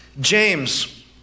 James